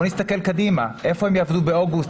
בואו נסתכל קדימה איפה הם יעבדו באוגוסט,